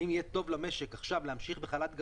האם יהיה טוב עכשיו למשק להמשיך בחל"ת גמיש,